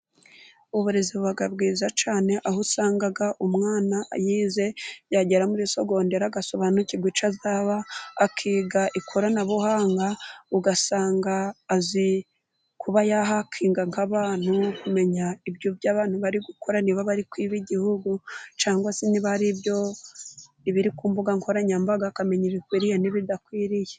Uburezi buba bwiza cyane aho usanga umwana yize yagera muri sogonderi agasobanukirwa icyo azaba, akiga ikoranabuhanga, ugasanga azi kuba yahakinga nk'abantu, kumenya ibyo abantu bari gukora, niba bari kwiba igihugu cyangwa se niba ari ibyo ibiri ku mbuga nkoranyambaga akamenya ibikwiriye n'ibidakwiriye.